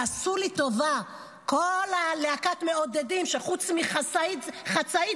כבוד היושב-ראש,